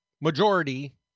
majority